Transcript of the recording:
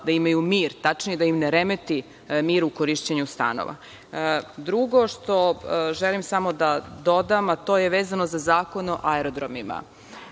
da imaju mir, tačnije da im ne remeti mir u korišćenju stanova. Drugo što želim samo da dodam, a to je vezano za Zakon o aerodromima.